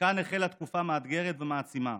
וכאן החלה תקופה מאתגרת ומעצימה.